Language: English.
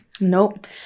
Nope